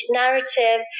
narrative